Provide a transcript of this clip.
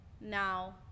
now